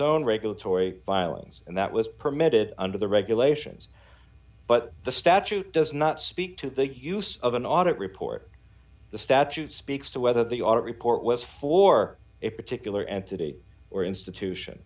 own regulatory filings and that was permitted under the regulations but the statute does not speak to the use of an audit report the statute speaks to whether the audit report with for a particular entity or institution